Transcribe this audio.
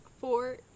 four